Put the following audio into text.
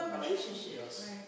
relationships